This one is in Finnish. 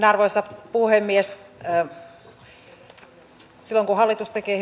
arvoisa puhemies silloin kun hallitus tekee